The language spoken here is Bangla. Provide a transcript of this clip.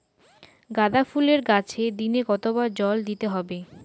গাদা ফুলের গাছে দিনে কতবার জল দিতে হবে?